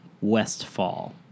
Westfall